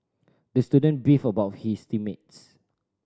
the student beefed about his team mates